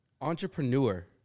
Entrepreneur